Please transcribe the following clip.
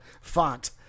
font